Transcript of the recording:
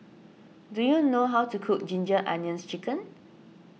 do you know how to cook Ginger Onions Chicken